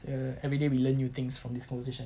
err everyday we learn new things from this conversation